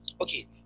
Okay